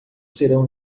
serão